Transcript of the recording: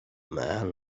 man